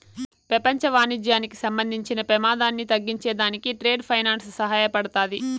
పెపంచ వాణిజ్యానికి సంబంధించిన పెమాదాన్ని తగ్గించే దానికి ట్రేడ్ ఫైనాన్స్ సహాయపడతాది